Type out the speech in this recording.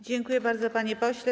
Dziękuję bardzo, panie pośle.